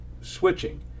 switching